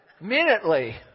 Minutely